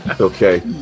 Okay